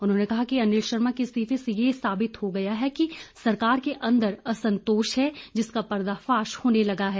उन्होंने कहा है कि अनिल शर्मा के इस्तीफे से ये साबित हो गया है कि सरकार के अंदर असंतोष है जिसका पर्दा फाश होने लगा है